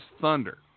Thunder